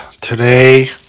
today